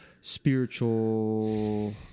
spiritual